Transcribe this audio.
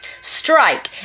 Strike